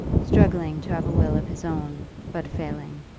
struggling to have a will of his own, but failing.